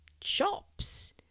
shops